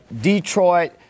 Detroit